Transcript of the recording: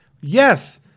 Yes